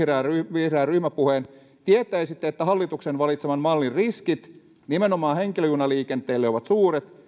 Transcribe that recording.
vihreän ryhmäpuheen tietäisitte että hallituksen valitseman mallin riskit nimenomaan henkilöjunaliikenteelle ovat suuret